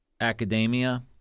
academia